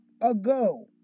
ago